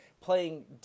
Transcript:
playing